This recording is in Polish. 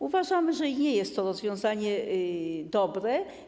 Uważamy, że nie jest to rozwiązanie dobre.